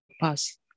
pass